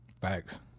Facts